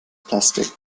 plastik